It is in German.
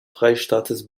freistaates